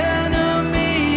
enemy